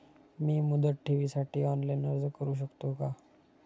मी मुदत ठेवीसाठी ऑनलाइन अर्ज करू शकतो का?